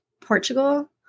Portugal